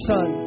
Son